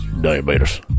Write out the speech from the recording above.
Diabetes